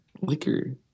Liquor